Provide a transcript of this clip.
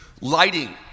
Lighting